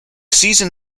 season